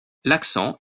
l’accent